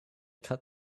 cut